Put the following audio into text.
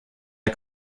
der